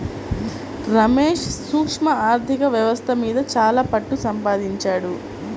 రమేష్ సూక్ష్మ ఆర్ధిక వ్యవస్థ మీద చాలా పట్టుసంపాదించాడు